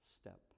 step